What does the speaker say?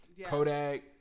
Kodak